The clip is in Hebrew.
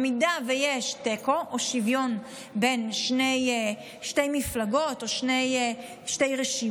במידה שיש תיקו או שוויון בין שתי מפלגות או שתי רשימות,